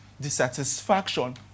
dissatisfaction